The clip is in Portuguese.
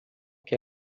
que